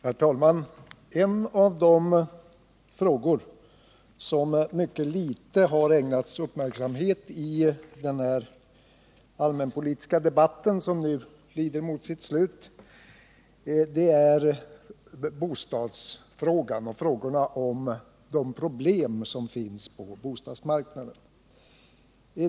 Herr talman! En av de frågor som ägnats mycket liten uppmärksamhet i denna allmänpolitiska debatt, som nu lider mot sitt slut, är bostadsfrågan och de problem som finns på bostadsmarknaden.